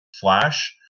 Flash